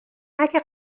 اگه